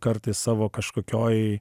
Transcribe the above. kartais savo kažkokioj